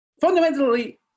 Fundamentally